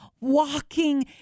walking